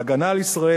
ההגנה על ישראל,